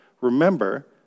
remember